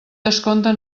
descompte